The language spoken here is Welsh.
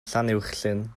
llanuwchllyn